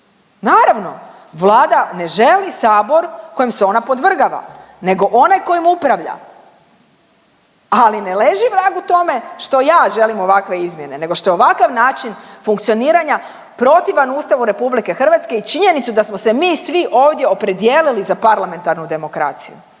Naravno, Vlada ne želi Sabor kojem se ona podvrgava nego onaj kojim upravlja, ali ne leži vrag u tome što ja želim ovakve izmjene, nego što je ovakav način funkcioniranja protivan Ustavu RH i činjenice da smo se mi svi ovdje opredijelili za parlamentarnu demokraciju.